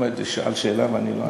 אחמד שאל שאלה ואני לא אענה?